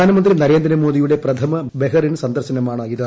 പ്രധാനമന്ത്രി നരേന്ദ്രമോദിയുടെ പ്രഥമ ബഹറിൻ സന്ദർശനമാണിത്